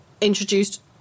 introduced